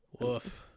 woof